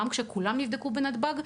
גם כשכולם נדבקו בנתב"ג,